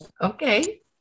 Okay